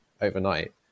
overnight